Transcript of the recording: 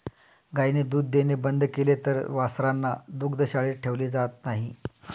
गायीने दूध देणे बंद केले तर वासरांना दुग्धशाळेत ठेवले जात नाही